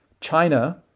China